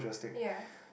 ya